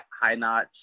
high-notch